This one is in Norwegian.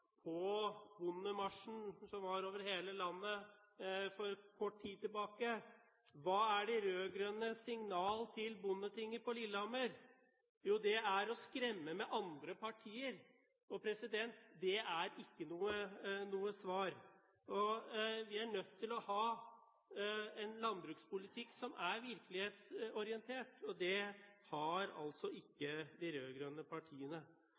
svar på bondemarsjen som var over hele landet for kort tid siden? Hva er de rød-grønnes signal til Bondetinget på Lillehammer? Jo, det er å skremme med andre partier. Det er ikke noe svar. Vi er nødt til å ha en landbrukspolitikk som er virkelighetsorientert, og det har ikke de rød-grønne partiene.